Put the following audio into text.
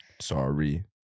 sorry